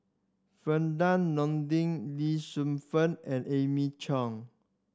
Nordin Lee Shu Fen and Amy Chang